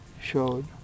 showed